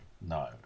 no